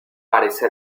parece